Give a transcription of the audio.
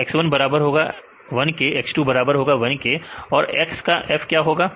तो x1 बराबर होगा 1 के x2 बराबर है 1 के f of x क्या होगा